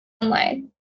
online